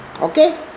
Okay